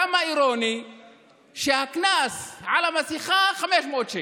כמה אירוני שהקנס על המסכה הוא 500 שקל.